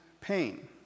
pain